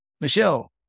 Michelle